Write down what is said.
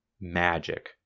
magic